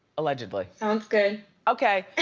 allegedly. sounds good. okay,